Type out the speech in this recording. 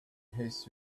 his